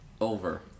Over